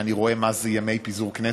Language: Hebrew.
שאני רואה מה זה ימי פיזור כנסת,